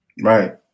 right